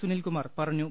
സുനിൽകുമാർ പറഞ്ഞു